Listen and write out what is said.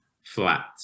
flat